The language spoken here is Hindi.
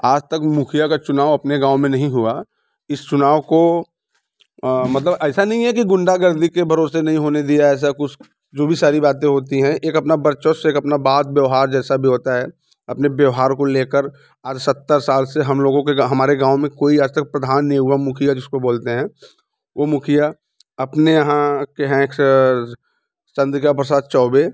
आज तक मुखिया का चुनाव अपने गाँव में नहीं हुआ इस चुनाव को मतलब ऐसा नई है कि गुंडागर्दी के भरोसे नई होने दिया ऐसा कुछ जो भी सारी बातें होती हैं एक अपना वर्चस्व एक अपना बात व्यवहार जैसा भी होता है अपने व्यवहार को लेकर आज सत्तर साल से हम लोगों के हमारे गाँव में कोई आज तक प्रधान नई हुआ मुखिया जिसको बोलते हैं वो मुखिया अपने यहाँ के हैं एक चंद्रिका प्रसाद चौबे